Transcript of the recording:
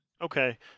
Okay